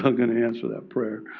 ah going to answer that prayer.